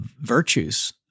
virtues